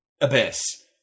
abyss